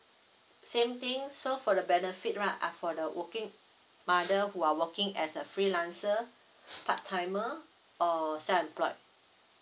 same thing so for the benefit right uh for the working mother who are working as a freelancer part timer or self employed